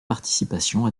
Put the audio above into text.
participations